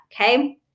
Okay